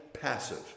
passive